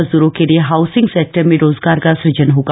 मज़दूरों के लिए हाउसिंग सेक्टर में रोज़गार का सूज़न होगा